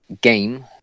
Game